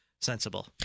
sensible